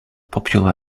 popular